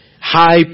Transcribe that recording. high